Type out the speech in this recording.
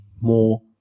more